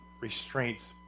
restraints